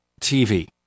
TV